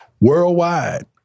worldwide